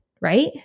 right